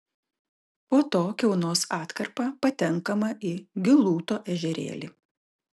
po to kiaunos atkarpa patenkama į gilūto ežerėlį